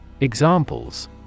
Examples